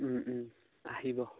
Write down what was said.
আহিব